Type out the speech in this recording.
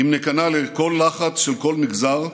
אם ניכנע לכל לחץ של כל מגזר,